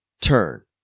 turn